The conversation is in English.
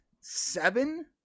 seven